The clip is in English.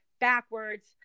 backwards